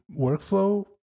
workflow